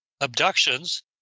abductions